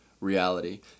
reality